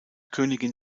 königin